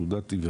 תעודת עיוור,